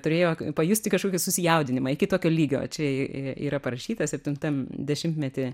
turėjo pajusti kažkokį susijaudinimą iki tokio lygio čia yra parašyta septintam dešimtmety